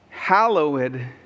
hallowed